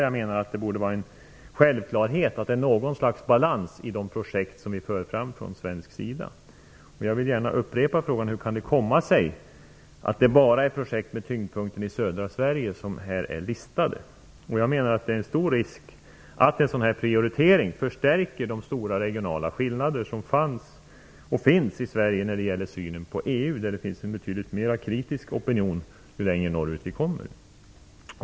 Jag menar att det borde vara en självklarhet att det skall finnas något slags balans i de projekt som vi från svensk sida för fram. Hur kan det alltså komma sig att det bara är projekt med tyngdpunkten på södra Sverige som är listade här? Risken är stor, menar jag, att en sådan här prioritering förstärker de stora regionala skillnader som funnits, och som fortfarande finns, i Sverige när det gäller synen på EU. Ju längre norrut man kommer, desto mera kritisk blir ju opinionen.